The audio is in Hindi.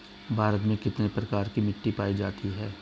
भारत में कितने प्रकार की मिट्टी पाई जाती हैं?